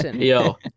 Yo